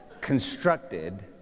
constructed